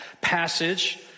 passage